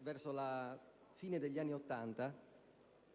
verso la fine degli anni Ottanta,